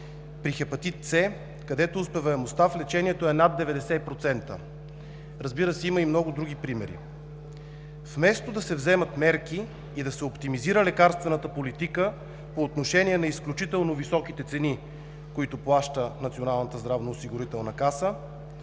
при хепатит С, където успеваемостта в лечението е над 90%. Разбира се, има и много други примери. Вместо да се вземат мерки и да се оптимизира лекарствената политика по отношение на изключително високите цени, които плаща Националната здравноосигурителна каса,